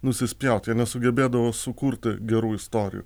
nusispjaut jie nesugebėdavo sukurti gerų istorijų